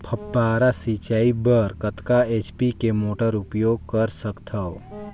फव्वारा सिंचाई बर कतका एच.पी के मोटर उपयोग कर सकथव?